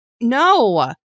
No